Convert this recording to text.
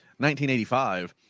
1985